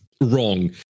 wrong